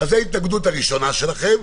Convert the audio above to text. זאת ההתנגדות הראשונה שלכם.